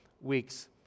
weeks